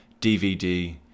DVD